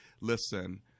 listen